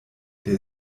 der